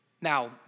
Now